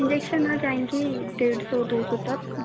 injection हो जायेंगे डेढ़ सौ दो सौ तक